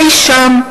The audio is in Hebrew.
אי-שם,